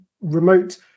remote